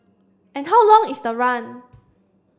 and how long is the run